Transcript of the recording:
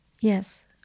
Yes